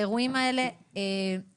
האירועים האלה מביאים,